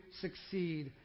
succeed